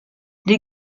les